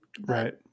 Right